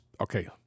Okay